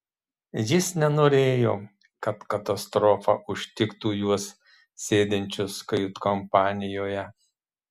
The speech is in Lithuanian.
jis nenorėjo kad katastrofa užtiktų juos sėdinčius kajutkompanijoje